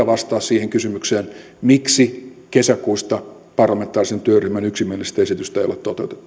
vastaa siihen kysymykseen miksi kesäkuista parlamentaarisen työryhmän yksimielistä esitystä ei ole toteutettu